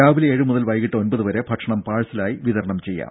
രാവിലെ ഏഴ് മുതൽ വൈകിട്ട് ഒൻപതു വരെ പാഴ്സലായി വിതരണം ചെയ്യാം